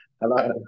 Hello